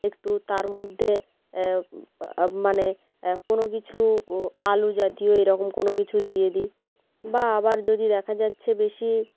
একটু তার মধ্যে মানে কোনও কিছু আলু জাতীয় এরকম কোনও কিছু দিয়ে দিই বা আবার যদি দেখা যাচ্ছে বেশি